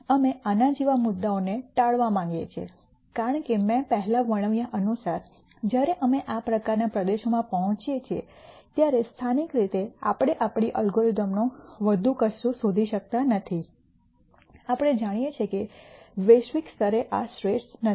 અમે આના જેવા મુદ્દાઓને ટાળવા માંગીએ છીએ કારણ કે મેં પહેલાં વર્ણવ્યા અનુસાર જ્યારે અમે આ પ્રકારના પ્રદેશોમાં પહોંચીએ છીએ ત્યારે સ્થાનિક રીતે આપણે આપણી અલ્ગોરિધમનો વધુ કશું શોધી શકતા નથી આપણે જાણીએ છીએ કે વૈશ્વિક સ્તરે આ શ્રેષ્ઠ નથી